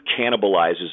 cannibalizes